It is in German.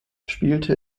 spielte